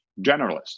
generalists